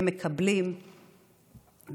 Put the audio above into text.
הם מקבלים דרך